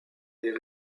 est